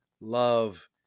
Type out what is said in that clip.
love